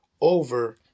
over